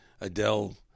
Adele